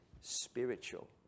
spiritual